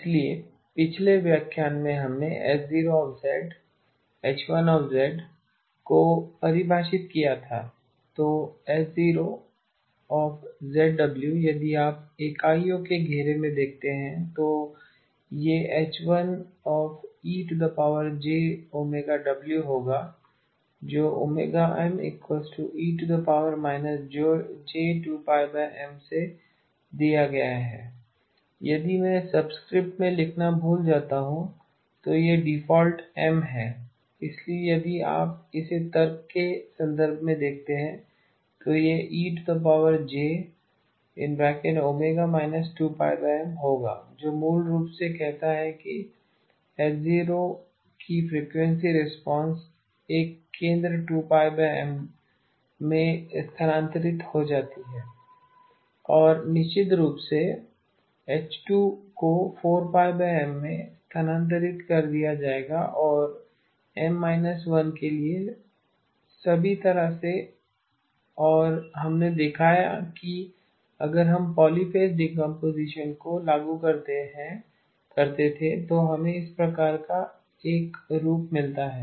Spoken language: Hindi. इसलिए पिछले व्याख्यान में हमने H0 H1 को परिभाषित किया था तो H0 यदि आप इकाइयों के घेरे में देखते हैं तो यह H1e jωW होगा जो WMe−j2πM से दिया गया है यदि मैं सब्स्क्रिप्ट को लिखना भूल जाता हूं तो यह डिफ़ॉल्ट M है इसलिए यदि आप इसे तर्क के संदर्भ में लिखते हैं तो यह ej होगा जो मूल रूप से कहता है कि H0 की फ्रीक्वेंसी रिस्पांस एक केंद्र 2πM में स्थानांतरित हो जाती है और निश्चित रूप से H2 को 4πM में स्थानांतरित कर दिया जाएगा और M 1 के लिए सभी तरह से और हमने दिखाया कि अगर हम पॉलीफ़ेज़ डीकम्पोसिशन को लागू करते थे तो हमें इस प्रकार का एक रूप मिलता है